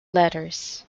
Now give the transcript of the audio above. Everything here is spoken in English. letters